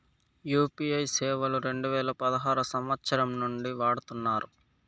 UPI సేవలు రెండు వేల పదహారు సంవచ్చరం నుండి వాడుతున్నారు